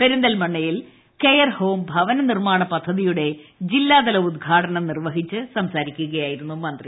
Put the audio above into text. പെരിന്തൽമണ്ണയിൽ care home ഭവന നിർമ്മാണ പദ്ധതിയുടെ ജില്ലാതല ഉദ്ഘാടനം നിർവഹിച്ചു കൊണ്ട് സംസാരിക്കുകയായിരുന്നു മന്ത്രി